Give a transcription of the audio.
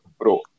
pro